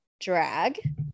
Drag